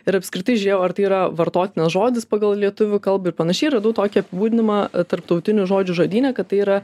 ir apskritai žiūrėjau ar tai yra vartotinas žodis pagal lietuvių kalbą ir panašiai radau tokį apibūdinimą tarptautinių žodžių žodyne kad tai yra